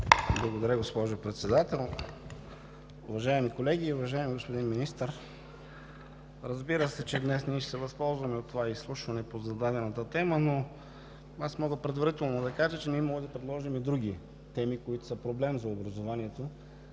Благодаря, госпожо Председател. Уважаеми колеги, уважаеми господин Министър! Разбира се, че днес ще се възползваме от това изслушване по зададената тема, но мога предварително да кажа, че ние можем да предложим и други теми, които са проблем за образованието.